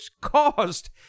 caused